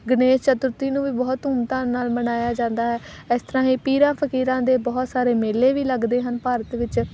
ਗਣੇਸ਼ ਚਤੁਰਥੀ ਨੂੰ ਵੀ ਬਹੁਤ ਧੂਮਧਾਮ ਨਾਲ ਮਨਾਇਆ ਜਾਂਦਾ ਹੈ ਇਸ ਤਰ੍ਹਾਂ ਹੀ ਪੀਰਾਂ ਫਕੀਰਾਂ ਦੇ ਬਹੁਤ ਸਾਰੇ ਮੇਲੇ ਵੀ ਲੱਗਦੇ ਹਨ ਭਾਰਤ ਵਿੱਚ